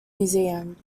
museum